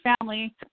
family